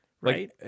right